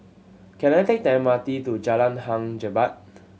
can I take the M R T to Jalan Hang Jebat